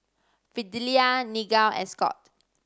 Fidelia Nigel and Scott